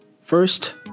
First